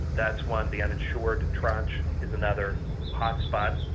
that's one. the uninsured tranche is another hot spot,